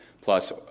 plus